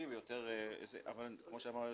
ב-עמ/9,